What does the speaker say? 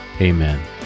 Amen